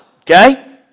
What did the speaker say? Okay